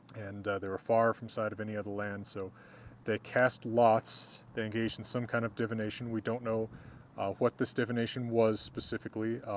and they were far from sight of any other land, so they cast lots they engaged in some kind of divination we don't know what this divination was, specifically,